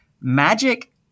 Magic